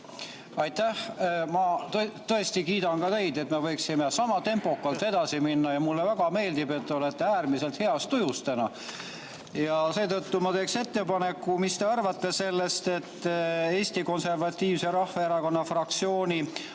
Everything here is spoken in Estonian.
Aitäh, ma tõesti kiidan teid. Me võiksime sama tempokalt edasi minna ja mulle väga meeldib, et te olete äärmiselt heas tujus täna ja seetõttu ma teen ettepaneku. Mis te arvate sellest, et Eesti Konservatiivse Rahvaerakonna fraktsiooni